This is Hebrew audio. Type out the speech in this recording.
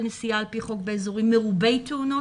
נסיעה על פי חוק באזורים מרובי תאונות.